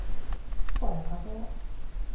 ᱯᱟᱭᱨᱟ ᱫᱚ